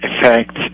effect